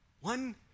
One